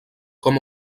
com